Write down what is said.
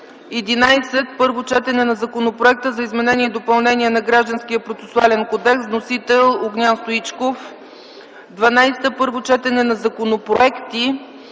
11. Първо четене на Законопроекта за изменение и допълнение на Гражданския процесуален кодекс. Вносител - Огнян Стоичков. 12. Първо четене на законопроекти